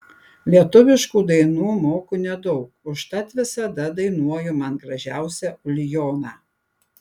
lietuviškų dainų moku nedaug užtat visada dainuoju man gražiausią ulijoną